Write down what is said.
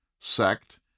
sect